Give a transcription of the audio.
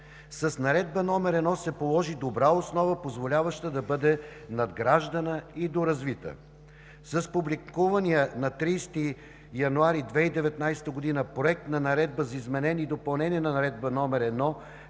С Наредба № 1 се положи добра основа, позволяваща да бъде надграждана и доразвита. С публикувания на 30 януари 2019 г. Проект на Наредба за изменение и допълнение на Наредба № 1